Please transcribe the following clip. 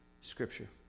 scripture